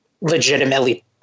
legitimately